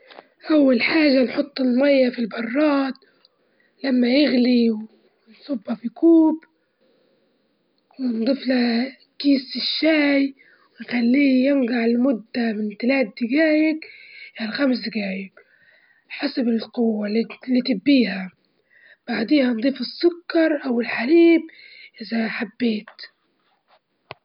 أول حاجة حط الضاحية في مي- في ماية باردة في جدر، بعدين حط الجدر على النار وخليه يغلي، ولما يبدأ يغلي انجلل النار، ونخليه يغلي لمدة من عشر دجايج لاتناشر دجيجة، بعدين نشيلها ونخليها تبرد.